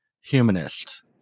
humanist